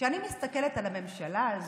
כשאני מסתכלת על הממשלה הזו,